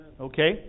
Okay